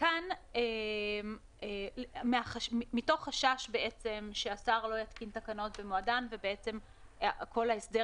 כאן מתוך חשש שהשר לא יתקין תקנות במועדן וכל ההסדר